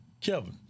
Kevin